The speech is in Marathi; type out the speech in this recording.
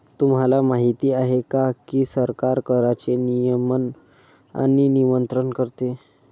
तुम्हाला माहिती आहे का की सरकार कराचे नियमन आणि नियंत्रण करते